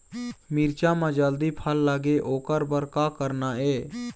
मिरचा म जल्दी फल लगे ओकर बर का करना ये?